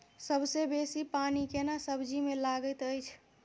सबसे बेसी पानी केना सब्जी मे लागैत अछि?